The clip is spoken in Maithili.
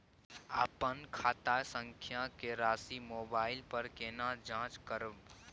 अपन खाता संख्या के राशि मोबाइल पर केना जाँच करब?